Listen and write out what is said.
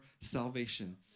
salvation